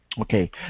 Okay